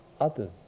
others